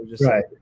Right